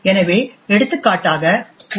எனவே எடுத்துக்காட்டாக ஓ